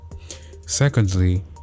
Secondly